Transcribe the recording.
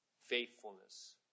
faithfulness